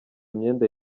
imyenda